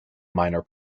minor